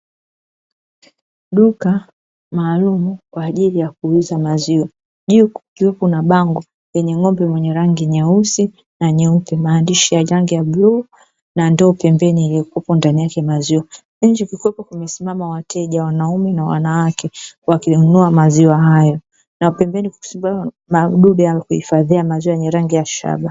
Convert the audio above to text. Duka maalum kwa ajili ya kuuza maziwa juu kukiwa kuna bango lenye ng'ombe mwenye rangi nyeusi na nyeupe maandishi ya rangi ya bluu. na ndoo pembeni iliyokuwepo ndani yake maziwa nje kukiwepo kumesimama wateja wanaume na wanawake wakununua maziwa hayo na pembeni kumesimama madude ya kuhifadhia maziwa yenye rangi ya shaba.